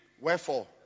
wherefore